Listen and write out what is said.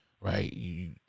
right